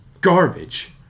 garbage